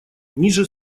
ниже